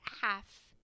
half